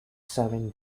seven